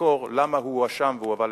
לחקור למה הוא הואשם והובא למשפט.